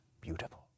beautiful